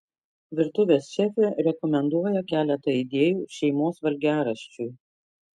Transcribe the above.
virtuvės šefė rekomenduoja keletą idėjų šeimos valgiaraščiui